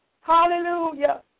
Hallelujah